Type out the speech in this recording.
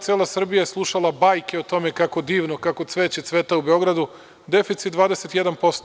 Cela Srbija je slušala bajke o tome kako je divno, kako cveće cveta u Beogradu - deficit 21%